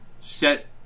set